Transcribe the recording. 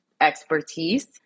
expertise